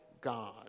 God